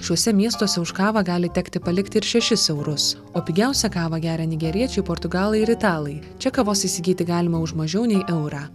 šiuose miestuose už kavą gali tekti palikti ir šešis eurus o pigiausią kavą geria nigeriečiai portugalai ir italai čia kavos įsigyti galima už mažiau nei eurą